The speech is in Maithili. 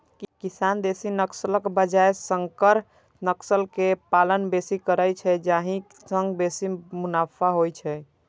किसान देसी नस्लक बजाय संकर नस्ल के पालन बेसी करै छै, जाहि सं बेसी मुनाफा होइ छै